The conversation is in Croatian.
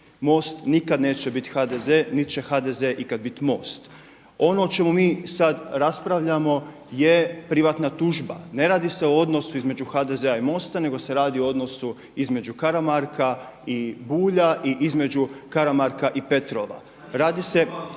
MOST nikada neće biti HDZ niti će HDZ ikad biti MOST. Ono o čemu mi sada raspravljamo je privatna tužba. Ne radi se o donosu između HDZ-a i MOST-a nego se radi o odnosu između Karamarka i Bulja i između Karamarka i Petrova. Radi se